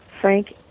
Frank